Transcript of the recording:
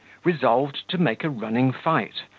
resolved to make a running fight,